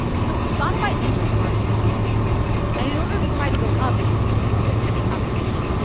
so spotify entered the market on the later side. and in order to try to go up against this pretty heavy competition,